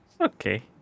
Okay